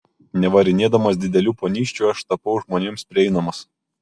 nevarinėdamas didelių ponysčių aš tapau žmonėms prieinamas